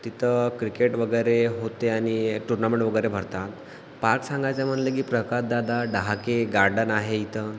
तिथं क्रिकेट वगैरे होते आणि टूर्नामेंट वगैरे भरतात पार्क सांगायचं म्हटलं की प्रकाशदादा ढहाके गार्डन आहे इथं